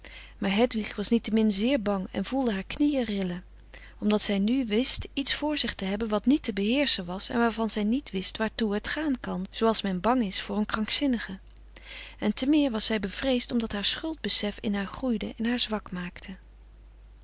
maar hedwig was niettemin zeer bang en voelde haar knieën rillen omdat zij nu wist iets voor zich te hebben wat niet te beheerschen was en waarvan zij niet wist waartoe het gaan kan zooals men bang is voor een krankzinnige en te meer was zij bevreesd omdat haar schuldbesef in haar groeide en haar zwak maakte